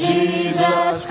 Jesus